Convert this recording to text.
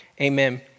amen